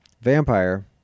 Vampire